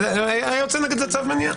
היה יוצא נגד זה צו מניעה.